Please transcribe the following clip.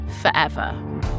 forever